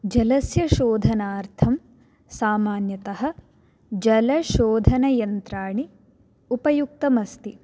जलस्य शोधनार्थं सामान्यतः जलशोधनयन्त्राणि उपयुक्तमस्ति